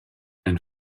and